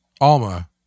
Alma